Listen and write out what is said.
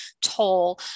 toll